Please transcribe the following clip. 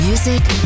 music